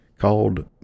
called